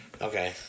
Okay